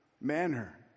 manner